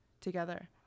together